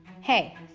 Hey